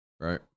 right